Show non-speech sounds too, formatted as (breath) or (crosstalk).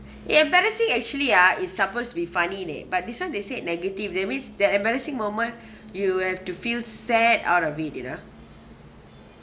ya embarrassing actually ah it's supposed to be funny leh but this one they say negative that means that embarrassing moment (breath) you have to feel sad out of it you know